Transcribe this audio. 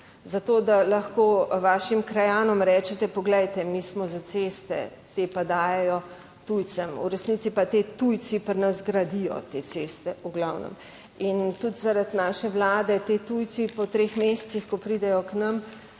za to, da lahko vašim krajanom rečete, poglejte, mi smo za ceste, te pa dajejo tujcem, v resnici pa ti tujci pri nas gradijo te ceste v glavnem. In tudi zaradi naše vlade ti tujci po treh mesecih, ko pridejo k nam,